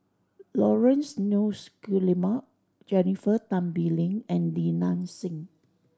Laurence Nunns Guillemard Jennifer Tan Bee Leng and Li Nanxing